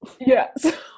Yes